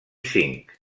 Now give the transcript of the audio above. zinc